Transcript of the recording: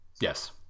Yes